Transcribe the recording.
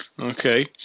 Okay